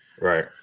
Right